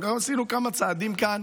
אבל גם עשינו כמה צעדים כאן